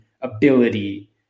ability